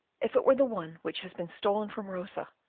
if it were the one which has been stolen from rosa!